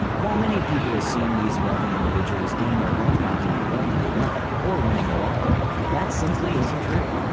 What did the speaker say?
while many people assume these wealthy individuals gained their wealth by being born into wealth or winning the lottery, that simply isn't true.